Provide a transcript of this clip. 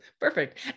Perfect